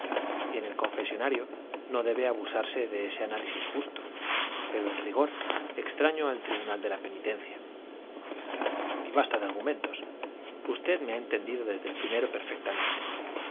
y en el confesonario no debe abusarse de ese análisis justo pero en rigor extraño al tribunal de la penitencia y basta de argumentos usted me ha entendido desde el primero perfectamente